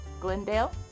Glendale